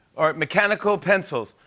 alright, mechanical pencils.